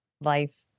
life